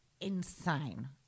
insane